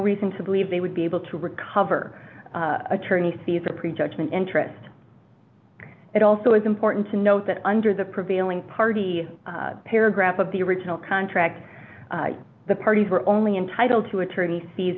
reason to believe they would be able to recover attorney's fees or prejudgment interest it also is important to note that under the prevailing party paragraph of the original contract the parties are only entitled to attorney's fees